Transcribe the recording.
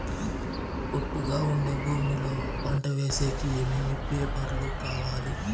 ఒట్టుగా ఉండే భూమి లో పంట వేసేకి ఏమేమి పేపర్లు కావాలి?